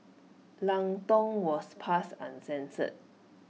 Lang Tong was passed uncensored